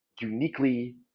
uniquely